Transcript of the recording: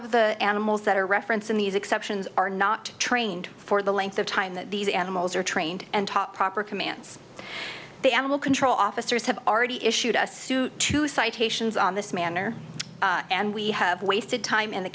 of the animals that are referenced in these exceptions are not trained for the length of time that these animals are trained and taught proper commands the animal control officers have already issued a suit to citations on this manner and we have wasted time in the